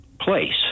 place